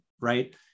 right